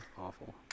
Awful